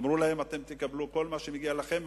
אמרו להם: אתם תקבלו כל מה שמגיע לכם,